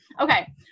Okay